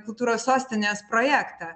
kultūros sostinės projektą